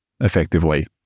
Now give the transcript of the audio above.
effectively